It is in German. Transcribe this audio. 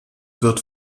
wird